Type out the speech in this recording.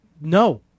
no